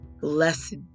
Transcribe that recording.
Blessed